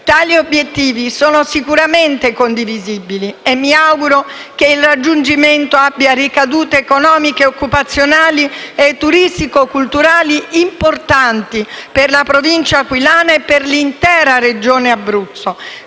Tali obiettivi sono sicuramente condivisibili e mi auguro che il loro raggiungimento abbia ricadute economiche, occupazionali e turistico-culturali importanti, per la Provincia aquilana e l'intera Regione Abruzzo.